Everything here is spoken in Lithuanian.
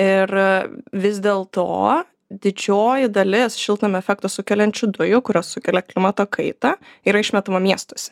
ir vis dėlto didžioji dalis šiltnamio efektą sukeliančių dujų kurios sukelia klimato kaitą yra išmetama miestuose